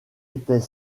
était